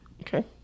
okay